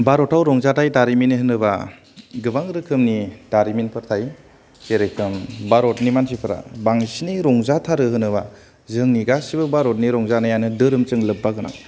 भारताव रंजाथाइ दारिमिन होनोब्ला गोबां रोखोमनि दारिमिनफोर थायो जेरखम भारतनि मानसिफोरा बांसिनै रंजाथारो होनोब्ला जोंनि गासिबो भारतनि रंजानायानो धोरोमजों लोब्बा गोनां